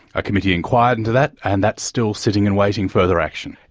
a committee enquired into that, and that's still sitting and waiting further action.